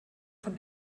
von